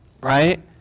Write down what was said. right